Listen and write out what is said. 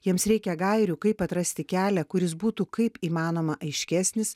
jiems reikia gairių kaip atrasti kelią kuris būtų kaip įmanoma aiškesnis